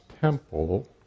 temple